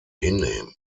hinnehmen